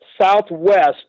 southwest